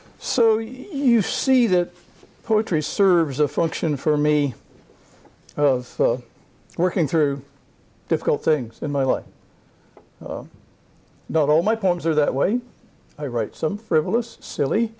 so you see that poetry serves a function for me of working through difficult things in my life not all my poems are that way i write some frivolous silly